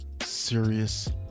serious